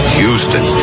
Houston